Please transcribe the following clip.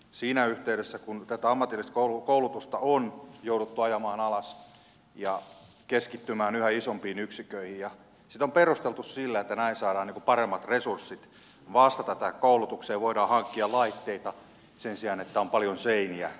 siinä yhteydessä kun tätä ammatillista koulutusta on jouduttu ajamaan alas ja keskittymään yhä isompiin yksiköihin sitä on perusteltu sillä että näin saadaan paremmat resurssit vastata tähän koulutukseen voidaan hankkia laitteita sen sijaan että on paljon seiniä